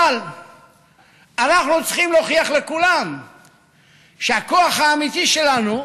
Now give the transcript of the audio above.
אבל אנחנו צריכים להוכיח לכולם שהכוח האמיתי שלנו